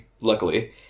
luckily